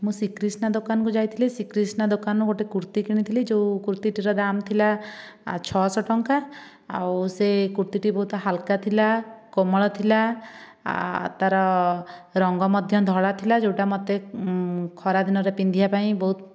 ମୁଁ ଶ୍ରୀକ୍ରୀଷ୍ଣା ଦୋକାନ କୁ ଯାଇଥିଲି ଶ୍ରୀକ୍ରୀଷ୍ଣା ଦୋକାନ ରୁ ଗୋଟିଏ କୁର୍ତି କିଣିଥିଲି ଯେଉଁ କୁର୍ତି ଟିର ଦାମ ଥିଲା ଛଅଶହ ଟଙ୍କା ଆଉ ସେ କୁର୍ତି ଟି ବହୁତ ହାଲକା ଥିଲା କୋମଳ ଥିଲା ତାର ରଙ୍ଗ ମଧ୍ୟ ଧଳା ଥିଲା ଯେଉଁଟା ମୋତେ ଖରାଦିନ ରେ ପିନ୍ଧିବା ପାଇଁ ବହୁତ